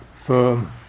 firm